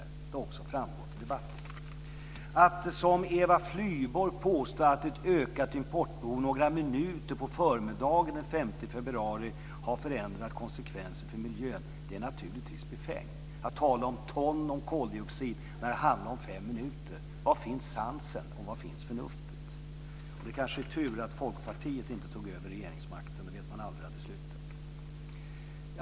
Och det har också framgått av debatten. Att som Eva Flyborg påstå att ett ökat importbehov på några minuter på förmiddagen den 5 februari har förändrat konsekvenserna för miljön är naturligtvis befängt. Att tala om ton om koldioxid när det handlar om fem minuter. Var finns sansen, och var finns förnuftet? Det kanske är tur att Folkpartiet inte tog över regeringsmakten. Då vet man aldrig hur det skulle ha slutat.